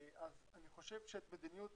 אז אני חושב שאת מדיניות